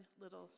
little